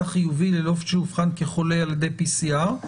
חיובי ללא שהוא אובחן כחולה על ידי PCR,